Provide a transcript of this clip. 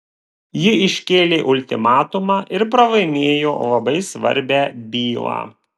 ji iškėlė ultimatumą ir pralaimėjo labai svarbią bylą